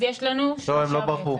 לא, הם לא ברחו.